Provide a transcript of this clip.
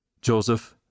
Joseph